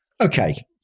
Okay